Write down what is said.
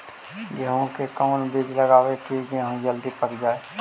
गेंहू के कोन बिज लगाई कि गेहूं जल्दी पक जाए?